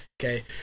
okay